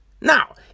Now